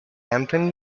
anthem